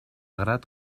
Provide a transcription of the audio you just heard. grat